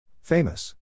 Famous